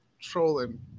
trolling